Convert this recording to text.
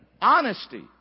Honesty